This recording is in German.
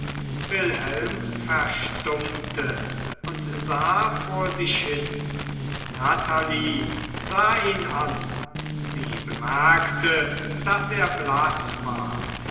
wilhelm verstummte und sah vor sich hin natalie sah ihn an sie bemerkte daß er blaß ward